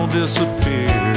disappear